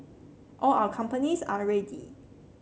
all our companies are ready